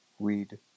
Weed